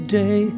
day